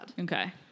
okay